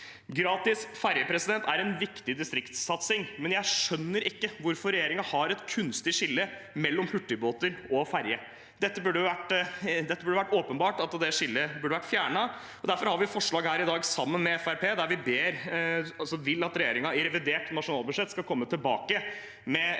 Gratis ferje er en viktig distriktssatsing, men jeg skjønner ikke hvorfor regjeringen har et kunstig skille mellom hurtigbåter og ferjer. Det burde være åpenbart at det skillet burde ha vært fjernet, og derfor har vi sammen med Fremskrittspartiet et forslag der vi vil at regjeringen i revidert nasjonalbudsjett skal komme tilbake med en ordning